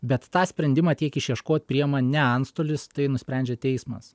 bet tą sprendimą tiek išieškot priima ne antstolis tai nusprendžia teismas